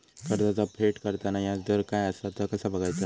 कर्जाचा फेड करताना याजदर काय असा ता कसा बगायचा?